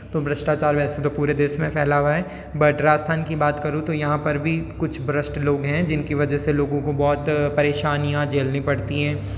तो भ्रष्टाचार वैसे तो पूरे देश में फैला हुआ है बट राजस्थान की बात करूँ तो यहाँ पर भी कुछ भ्रष्ट लोग हैं जिनकी वजह से लोगों को बहुत परेशानियां झेलनी पड़ती हैं